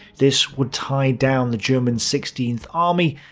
this would tie down the german sixteenth army,